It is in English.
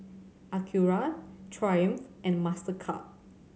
Acura Triumph and Mastercard